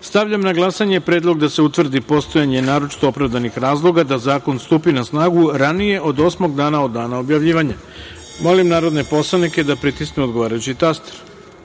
Stavljam na glasanje predlog da se utvrdi postojanje naročito opravdanih razloga da zakon stupi na snagu ranije od osmog dana od dana objavljivanja. Molim narodne poslanike da pritisnu odgovarajući